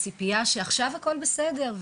הציפייה שעכשיו הכול בסדר,